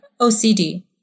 OCD